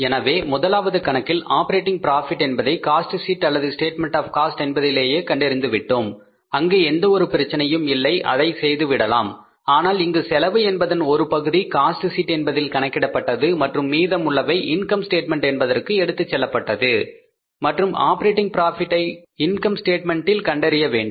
எனவே முதலாவது கணக்கில் ஆப்பரேட்டிங் ப்ராபிட் என்பதை காஸ்ட் சீட் அல்லது ஸ்டேட்மெண்ட் ஆப் காஸ்ட் என்பதிலேயே கண்டறிந்து விட்டோம் அங்கு எந்த ஒரு பிரச்சனையும் இல்லை அதனை செய்து விடலாம் ஆனால் இங்கு செலவு என்பதன் ஒரு பகுதி காஸ்ட் ஷீட் என்பதில் கணக்கிடப்பட்டது மற்றும் மீதமுள்ளவை இன்கம் ஸ்டேட்மெண்ட் என்பதற்கு எடுத்துச் செல்லப்பட்டது மற்றும் ஆப்பரேட்டிங் ப்ராபிட் என்பதை இன்கம் ஸ்டேட்மெண்ட்டில் கண்டறிய வேண்டும்